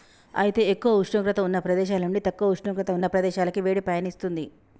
అయితే ఎక్కువ ఉష్ణోగ్రత ఉన్న ప్రదేశాల నుండి తక్కువ ఉష్ణోగ్రత ఉన్న ప్రదేశాలకి వేడి పయనిస్తుంది